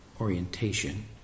orientation